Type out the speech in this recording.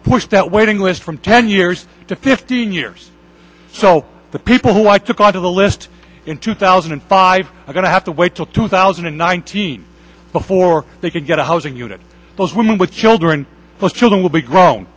pushed that waiting list from ten years to fifteen years so the people who i took onto the list in two thousand and five are going to have to wait till two thousand and nineteen before they can get a housing unit those women with children those children will be grown